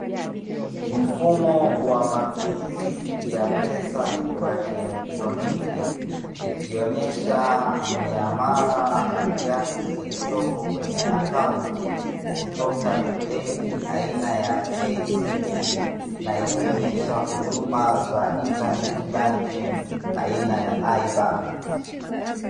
Mfumo wa matumizi ya pesa wa kielektroniki, ikionyesha miamala na kiasi kilichopo kwenye akaunti kutoka benki aina ya "KCB", na ikionyesha huduma za intanenti ya benki aina ya "I- benki" .